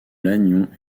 lannion